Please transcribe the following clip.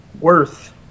worth